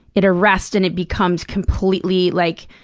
it arrests and it becomes completely, like,